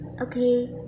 Okay